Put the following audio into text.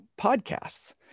podcasts